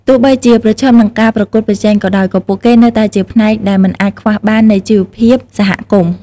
ទោះបីជាប្រឈមនឹងការប្រកួតប្រជែងក៏ដោយ ក៏ពួកគេនៅតែជាផ្នែកដែលមិនអាចខ្វះបាននៃជីវភាពសហគមន៍។